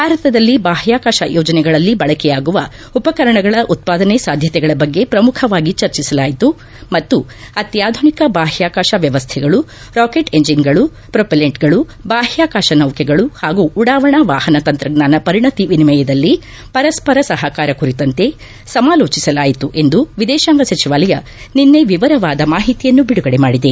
ಭಾರತದಲ್ಲಿ ಬಾಹ್ಕಾಕಾಶ ಯೋಜನೆಗಳಲ್ಲಿ ಬಳಕೆಯಾಗುವ ಉಪಕರಣಗಳ ಉತ್ಪಾದನೆ ಸಾಧ್ಯತೆಗಳ ಬಗ್ಗೆ ಪ್ರಮುಖವಾಗಿ ಚರ್ಚಿಸಲಾಯಿತು ಮತ್ತು ಅತ್ಯಾಧುನಿಕ ಬಾಹ್ಯಾಕಾಶ ವ್ಯವಸ್ಥೆಗಳು ರಾಕೆಟ್ ಇಂಜಿನ್ಗಳು ಪ್ರೋಪೆಲೆಂಟ್ಗಳು ಬಾಹ್ಯಾಕಾಶ ನೌಕೆಗಳು ಹಾಗೂ ಉಡಾವಣಾ ವಾಹನ ತಂತ್ರಜ್ಞಾನ ಪರಿಣತಿ ವಿನಿಮಯದಲ್ಲಿ ಪರಸ್ಪರ ಸಹಕಾರ ಕುರಿತಂತೆ ಸಮಾಲೋಚಿಸಲಾಯಿತು ಎಂದು ವಿದೇತಾಂಗ ಸಚಿವಾಲಯ ನಿನ್ನೆ ವಿವರದಿಂದ ಮಾಹಿತಿಯನ್ನು ಬಿಡುಗಡೆ ಮಾಡಿದೆ